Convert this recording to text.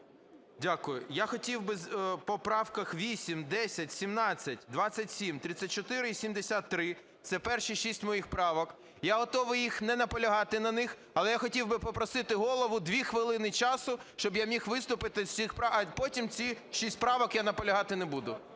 Дякую. Я хотів би по правках 8, 10, 17, 27, 34 і 73 – це перші 6 моїх правок, я готовий не наполягати на них, але я хотів би попросити Голову 2 хвилини часу, щоб я міг виступити з цих правок. А потім ці 6 правок я наполягати не буду.